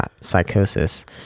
psychosis